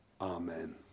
Amen